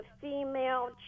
female